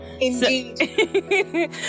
Indeed